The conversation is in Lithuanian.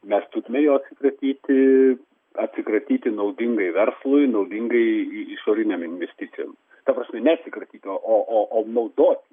mes turime jo atsikratyti atsikratyti naudingai verslui naudingai išorinėm investicijom ta prasme ne atsikratyti o naudoti